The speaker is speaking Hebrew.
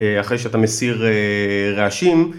אחרי שאתה מסיר רעשים.